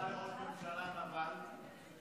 לא שמעתי אותך מגיב כשמישהו קרא לראש הממשלה נבל,